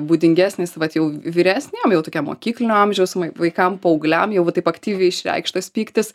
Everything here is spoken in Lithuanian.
būdingesnis vat jau vyresniem jau tokiem mokyklinio amžiaus vaikam paaugliam jau va taip aktyviai išreikštas pyktis